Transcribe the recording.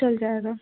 चल जाएगा